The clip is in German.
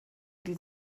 die